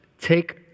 take